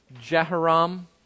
Jehoram